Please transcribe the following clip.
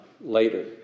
later